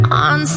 on